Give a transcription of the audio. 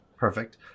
Perfect